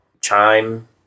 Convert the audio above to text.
Chime